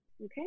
Okay